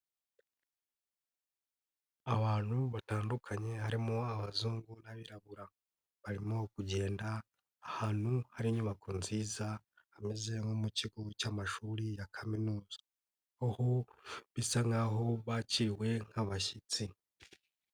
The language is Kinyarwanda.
Abantu batandukanye harimo abazungu n'abirabura, barimo kugenda ahantu hari inyubako nziza hameze nko mu kigo cy'amashuri ya kaminuza, aho bisa nkaho bakiriwe nk'abashyitsi.